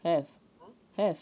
have have